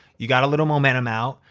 you got a little momentum out,